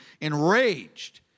enraged